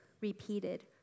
repeated